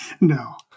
No